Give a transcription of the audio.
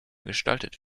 gestaltet